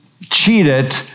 cheated